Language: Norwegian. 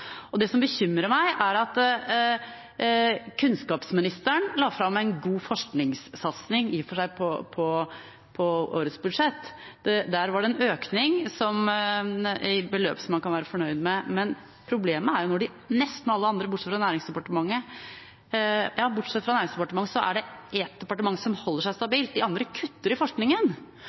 pådrivere. Det som bekymrer meg, er at kunnskapsministeren la fram en god forskningssatsing – i og for seg – i årets budsjett. Der var det en økning med et beløp som man kan være fornøyd med, men problemet er at bortsett fra Næringsdepartementet er det ett departement som holder seg